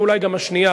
ואולי גם השנייה.